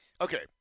okay